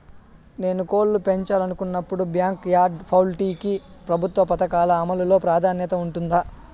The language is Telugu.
నేను కోళ్ళు పెంచాలనుకున్నపుడు, బ్యాంకు యార్డ్ పౌల్ట్రీ కి ప్రభుత్వ పథకాల అమలు లో ప్రాధాన్యత ఉంటుందా?